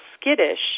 skittish